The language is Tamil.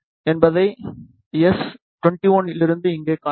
என்பதை எஸ் 21 இலிருந்து இங்கே காணலாம்